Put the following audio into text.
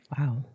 Wow